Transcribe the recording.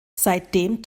seitdem